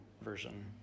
version